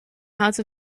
house